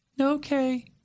Okay